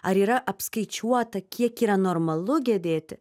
ar yra apskaičiuota kiek yra normalu gedėti